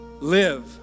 live